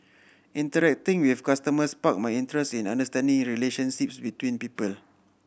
interacting with customers sparked my interest understanding relationships between people